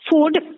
food